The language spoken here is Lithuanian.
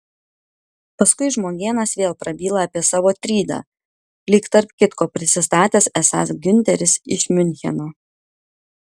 paskui žmogėnas vėl prabyla apie savo trydą lyg tarp kitko prisistatęs esąs giunteris iš miuncheno